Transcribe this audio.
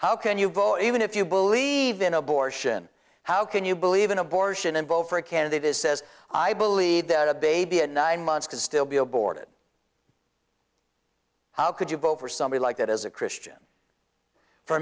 how can you vote even if you believe in abortion how can you believe in abortion and vote for a candidate is says i believe that a baby and nine months could still be aborted how could you vote for somebody like that as a christian for